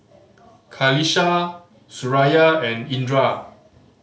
Qalisha Suraya and Indra